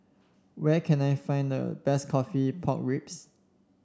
where can I find the best coffee Pork Ribs